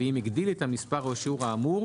ואם הגדיל את המספר או השיעור האמור